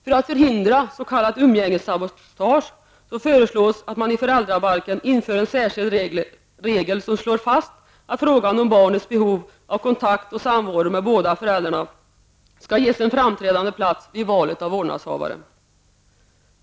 För att förhindra s.k. umgängessabotage föreslås att man i föräldrabalken inför en särskilt regel som slår fast att frågan om barnets behov av kontakt och samvaro med båda föräldrarna skall ges en framträdande plats vid valet av vårdnadshavare.